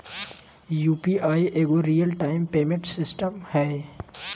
UPI एगो real time payment system हइ